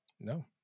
no